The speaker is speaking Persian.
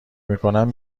میکنم